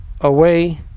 away